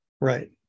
Right